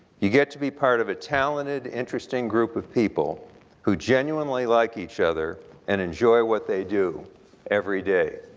you get to be part of a talented interesting group of people who genuinely like each other and enjoy what they do every day.